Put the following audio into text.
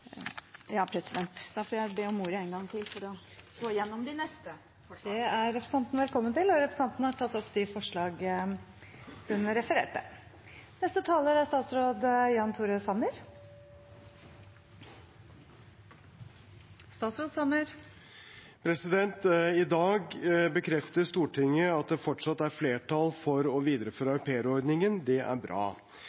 Da skal jeg be om ordet en gang til for å gå gjennom de neste forslagene. Det er representanten velkommen til. Representanten Karin Andersen har tatt opp de forslagene hun refererte til. I dag bekrefter Stortinget at det fortsatt er flertall for å videreføre